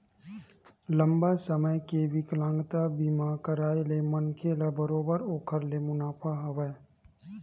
लंबा समे के बिकलांगता बीमा कारय ले मनखे ल बरोबर ओखर ले मुनाफा हवय